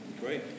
Great